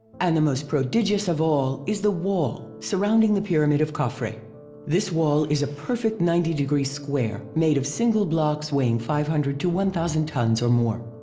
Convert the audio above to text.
and the most prodigious of all is the wall surrounding the pyramid of khafre. this wall is a perfect ninety deg square made of single blocks weighing five hundred to one thousand tons or more.